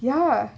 ya